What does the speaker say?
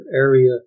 area